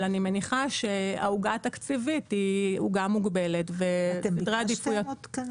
אני מניחה שהעוגה התקציבית היא עוגה מוגבלת ויש סדרי עדיפויות.